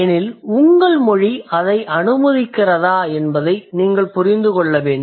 எனில் உங்கள் மொழி அதை அனுமதிக்கிறதா என்பதை நீங்கள் புரிந்து கொள்ள வேண்டும்